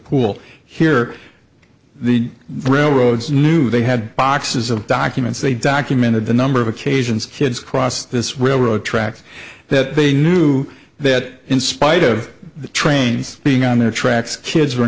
pool here the railroads knew they had boxes of documents they documented the number of occasions kids cross this railroad tracks that they knew that in spite of the trains being on their tracks kids were